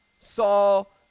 Saul